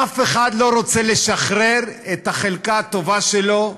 אף אחד לא רוצה לשחרר את החלקה הטובה שלו,